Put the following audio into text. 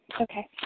Okay